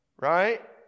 Right